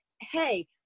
Hey